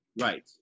Right